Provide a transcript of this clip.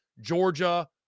Georgia